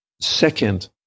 Second